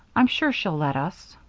i'm sure she'll let us.